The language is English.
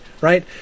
right